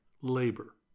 labor